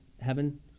heaven